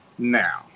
Now